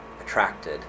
attracted